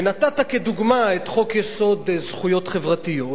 ונתת כדוגמה את חוק-יסוד: זכויות חברתיות,